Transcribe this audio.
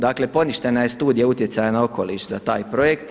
Dakle, poništena je Studija utjecaja na okoliš za taj projekt.